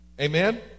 amen